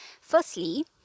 Firstly